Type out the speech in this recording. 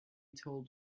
told